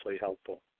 helpful